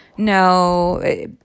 no